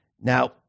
Now